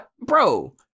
bro